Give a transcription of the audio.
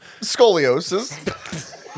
Scoliosis